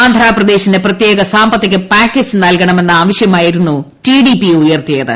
ആ്ഡ്രാപ്രദേശിന് പ്രത്യേക സാമ്പത്തിക പാക്കേജ് നൽകണമെന്ന ആവശ്യമായിരുന്നു ടി ഡി പി ഉയർത്തിയത്